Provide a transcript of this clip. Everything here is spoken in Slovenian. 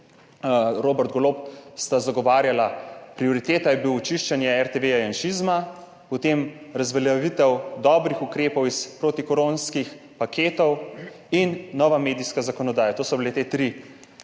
Robert Golob sta zagovarjala prioriteta je bilo očiščenje RTV janšizma, potem razveljavitev dobrih ukrepov iz protikoronskih paketov in nova medijska zakonodaja. To so bile te tri